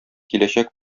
киләчәк